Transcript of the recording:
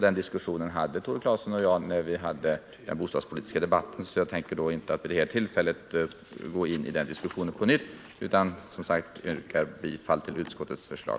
Den diskussionen hade vi i den bostadspolitiska debatten, och jag tänker inte vid detta tillfälle gå in i den på nytt. Nu nöjer jag mig alltså med att yrka bifall till utskottets förslag.